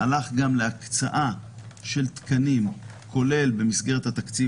הלך גם להקצאה של תקנים כולל במסגרת התקציב